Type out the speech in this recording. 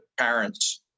parents